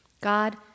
God